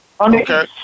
Okay